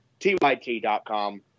TYT.com